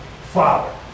father